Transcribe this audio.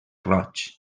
roig